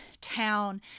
town